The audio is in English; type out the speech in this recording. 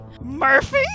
Murphy